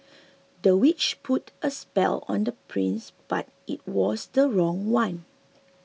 the witch put a spell on the prince but it was the wrong one